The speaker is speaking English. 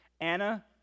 Anna